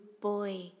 boy